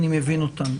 אני מבין אותן.